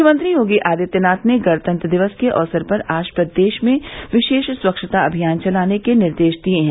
मुख्यमंत्री योगी आदित्यनाथ ने गणतंत्र दिवस के अवसर पर आज प्रदेश में विशेष स्वच्छता अभियान चलाने के निर्देश दिये हैं